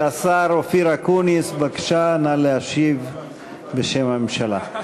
השר אופיר אקוניס, בבקשה, נא להשיב בשם הממשלה.